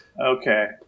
Okay